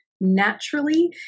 naturally